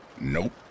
Nope